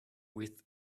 with